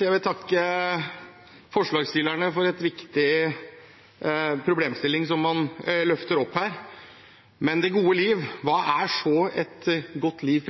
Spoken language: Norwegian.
Jeg vil takke forslagsstillerne for at man løfter opp en viktig problemstilling her. Det gode liv – hva er så et godt liv?